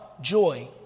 joy